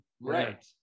Right